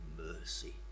mercy